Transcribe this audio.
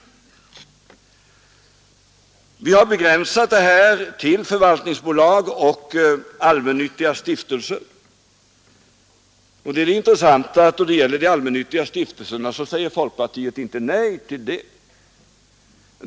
Vi har begränsat detta till förvaltningsbolag och allmännyttiga stiftelser, och det intressanta är att då det gäller de allmännyttiga stiftelserna säger folkpartiet inte nej.